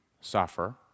suffer